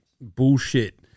bullshit